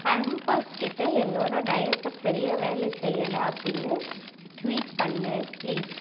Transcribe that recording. Pampers கிட்ட என்னோடய diaper சரியாக வேலை செய்யலை அப்படின்னு ட்வீட் பண்ணு ப்ளீஸ்